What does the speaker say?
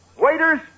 Waiters